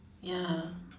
ya